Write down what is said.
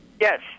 Yes